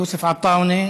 יוסף עטאונה,